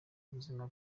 ubuzima